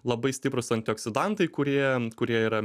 labai stiprūs antioksidantai kurie kurie yra